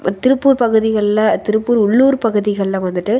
திருப்பூர் பகுதிகளில் திருப்பூர் உள்ளூர் பகுதிகளில் வந்துட்டு